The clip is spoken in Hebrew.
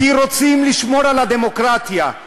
כי רוצים לשמור על הדמוקרטיה.